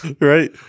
Right